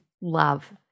love